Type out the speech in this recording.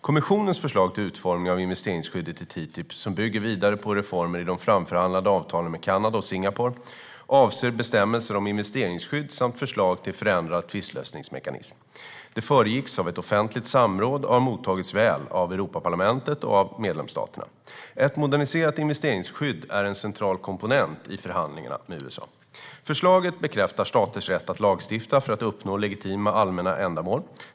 Kommissionens förslag till utformning av investeringsskyddet i TTIP, som bygger vidare på reformer i de framförhandlade avtalen med Kanada och Singapore, avser bestämmelser om investeringsskydd samt förslag till en förändrad tvistlösningsmekanism. Det föregicks av ett offentligt samråd och har mottagits väl av Europarlamentet och av medlemsstaterna. Ett moderniserat investeringsskydd är en central komponent i förhandlingarna med USA. Förslaget bekräftar staters rätt att lagstifta för att uppnå legitima allmänna ändamål.